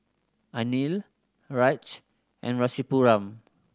Anil Raj and Rasipuram